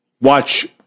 watch